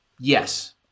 Yes